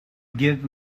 give